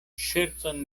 ŝercon